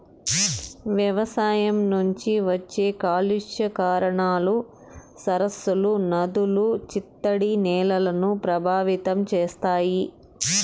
వ్యవసాయం నుంచి వచ్చే కాలుష్య కారకాలు సరస్సులు, నదులు, చిత్తడి నేలలను ప్రభావితం చేస్తాయి